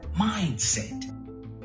mindset